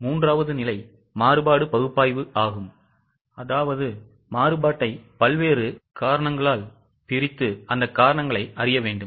மூன்றாவது நிலை மாறுபாடு பகுப்பாய்வு ஆகும் அதாவது மாறுபாட்டை பல்வேறு காரணங்களால் பிரித்து அந்தக் காரணங்களை அறிய வேண்டும்